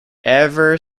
ever